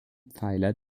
pfeiler